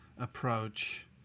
approach